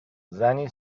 زنی